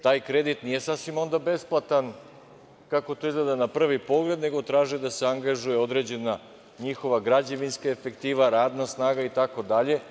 Taj kredit nije sasvim besplatan, kako to izgleda na prvi pogled, nego traže da se angažuje određena njihova građevinska efektiva, radna snaga, itd.